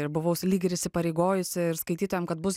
ir buvau lyg ir įsipareigojusi ir skaitytojam kad bus